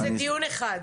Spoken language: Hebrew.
לא, זה דיון אחד.